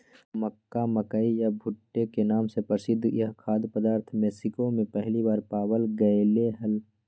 मक्का, मकई या भुट्टे के नाम से प्रसिद्ध यह खाद्य पदार्थ मेक्सिको में पहली बार पावाल गयले हल